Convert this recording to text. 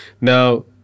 Now